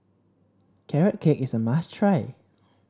Carrot Cake is a must try